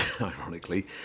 ironically